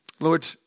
Lord